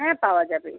হ্যাঁ পাওয়া যাবে